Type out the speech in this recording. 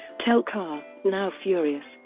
tel-kar, now furious,